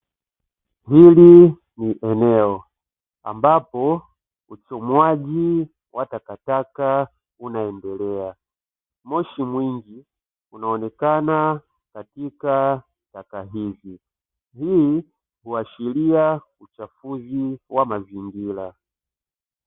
Hili ni eneo ambapo uchomwaji wa takataka unaendelea. Moshi mwingi unaonekana katika taka hizi. Hii huashiria uchafuzi wa mazingira.